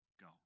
go